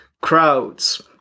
crowds